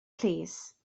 plîs